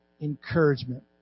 encouragement